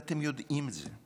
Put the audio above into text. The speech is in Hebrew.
אתם יודעים את זה.